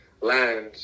land